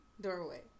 doorway